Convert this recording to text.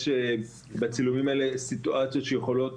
בצילומים האלה יש סיטואציות שיכולות